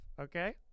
Okay